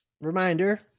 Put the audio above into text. Reminder